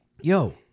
yo